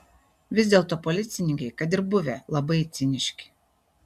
vis dėlto policininkai kad ir buvę labai ciniški